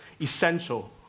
essential